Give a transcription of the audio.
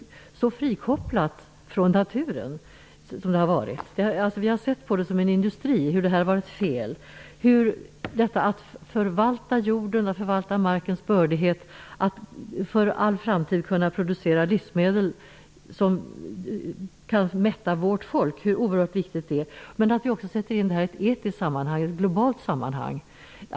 Det har varit frikopplat från naturen. Vi har sett på jordbruket som en industri. Det har varit fel. Det är oerhört viktigt att vi förvaltar jorden och markens bördighet och att vi för all framtid kan producera livsmedel som kan mätta vårt folk. Men vi måste också sätta in detta i ett etiskt och globalt sammanhang.